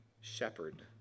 shepherd